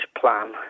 plan